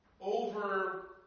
over